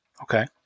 Okay